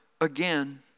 again